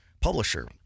publisher